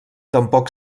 tampoc